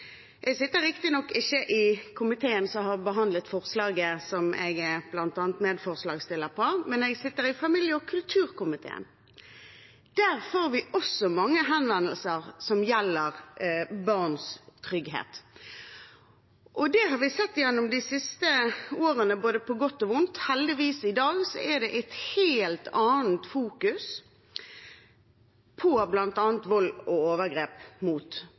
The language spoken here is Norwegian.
Jeg sitter riktignok ikke i komiteen som har behandlet forslaget som jeg er medforslagsstiller til, men jeg sitter i familie- og kulturkomiteen. Der får vi også mange henvendelser som gjelder barns trygghet. Det har vi sett på både godt og vondt gjennom de siste årene. Heldigvis er det i dag et helt annet fokus på bl.a. vold og overgrep mot